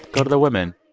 go to the women